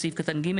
בסעיף קטן (ג),